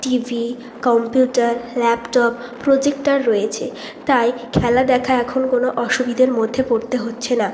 TV computer laptop projector রয়েছে তাই খেলা দেখা এখন কোনো অসুবিধের মধ্যে পড়তে হচ্ছে না